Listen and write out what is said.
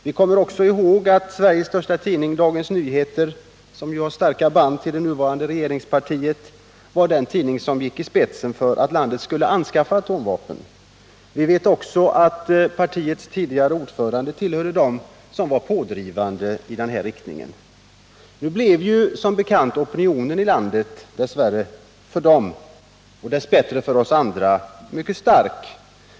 Vi kommer också ihåg att Sveriges största tidning, Dagens Nyheter — som ju har starka band med det nuvarande regeringspartiet — var den tidning som gick i spetsen för att landet skulle anskaffa atomvapen. Vi. vet också att partiets tidigare ordförande tillhörde dem som var pådrivande i denna riktning. Men dess värre för dem och dess bättre för oss andra blev opinionen i landet mycket stark.